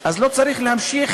אז לא צריך להמשיך